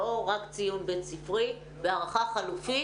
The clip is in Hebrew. לא רק ציון בית ספרי בהערכה חלופית.